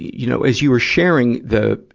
you know, as you were sharing the,